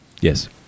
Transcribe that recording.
Yes